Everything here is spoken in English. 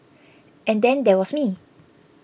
and then there was me